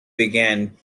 began